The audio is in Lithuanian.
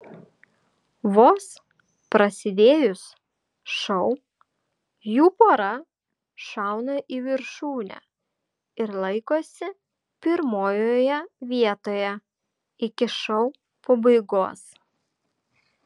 vos prasidėjus šou jų pora šauna į viršūnę ir laikosi pirmojoje vietoje iki šou pabaigos